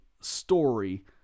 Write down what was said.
story